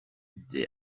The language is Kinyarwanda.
bye